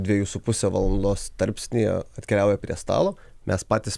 dvejų su puse valandos tarpsnyje atkeliauja prie stalo mes patys